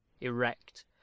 erect